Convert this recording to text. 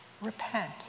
Repent